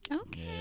Okay